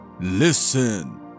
Listen